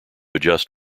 adjust